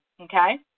okay